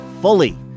Fully